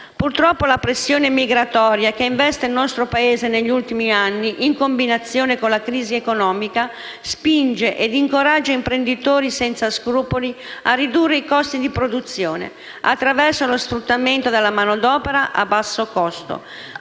Purtroppo, la pressione migratoria che investe il nostro Paese negli ultimi anni, in combinazione con la crisi economica, spinge e incoraggia imprenditori senza scrupoli a ridurre i costi di produzione attraverso lo sfruttamento della manodopera a basso costo,